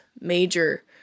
major